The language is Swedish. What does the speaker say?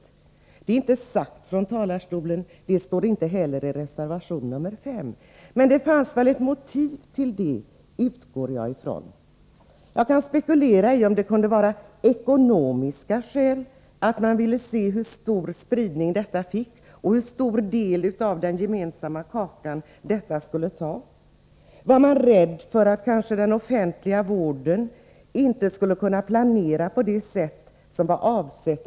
Det har inte uttalats här från talarstolen, och det står inte heller i reservation 5. Jag utgår dock från att det fanns något motiv till detta. Jag kan bara spekulera i skälen. Det kan vara ekonomiska skäl. Man kanske ville se hur stor spridning detta skulle få och hur stor del av den gemensamma kakan det skulle ta i anspråk. Kanske befaras att man från den offentliga vårdens sida inte skulle kunna planera på det sätt som var avsett.